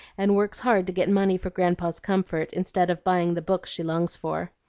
and works hard to get money for grandpa's comfort, instead of buying the books she longs for.